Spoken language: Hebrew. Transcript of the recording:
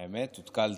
האמת, הותקלתי,